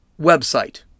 website